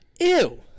ew